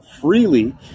freely